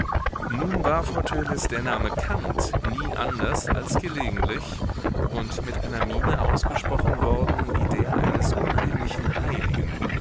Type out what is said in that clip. nun war vor törleß der name kant nie anders als gelegentlich und mit einer miene ausgesprochen worden wie der eines unheimlichen heiligen